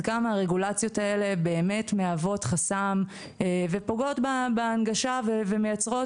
כמה הרגולציות האלה באמת מהוות חסם ופוגעות בהנגשה ומייצרות